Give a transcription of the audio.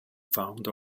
founder